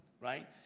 right